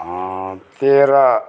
तेह्र